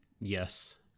yes